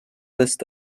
list